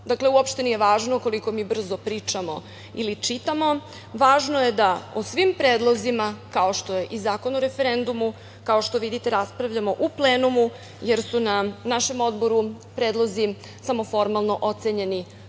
posao. Dakle, uopšte nije važno koliko mi brzo pričamo ili čitamo, važno je da o svim predlozima, kao što je i Zakon o referendumu, kao što vidite, raspravljamo u plenumu, jer su na našem Odboru predlozi samo formalno ocenjeni